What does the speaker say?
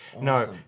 No